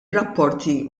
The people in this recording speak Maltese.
rapporti